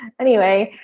anyway.